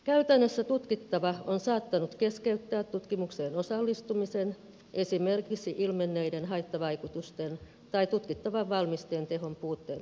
käytännössä tutkittava on saattanut keskeyttää tutkimukseen osallistumisen esimerkiksi ilmenneiden haittavaikutusten tai tutkittavan valmisteen tehon puutteen takia